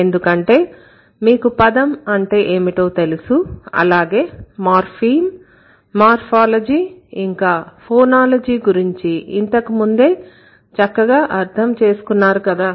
ఎందుకంటే మీకు పదం అంటే ఏమిటో తెలుసు అలాగే మార్ఫిమ్ మార్ఫాలజీ ఇంకా ఫోనోలజీ గురించి ఇంతకుముందే చక్కగా అర్థం చేసుకున్నారు కదా